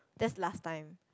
that's last time